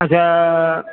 अच्छा